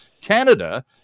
Canada